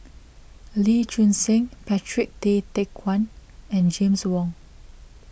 Lee Choon Seng Patrick Tay Teck Guan and James Wong